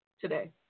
today